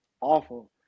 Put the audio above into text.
awful